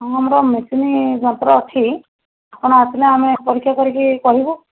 ହଁ ଆମର ମେସିନ ଯନ୍ତ୍ର ଅଛି ଆପଣ ଆସିଲେ ଆମେ ପରୀକ୍ଷା କରିକି କହିବୁ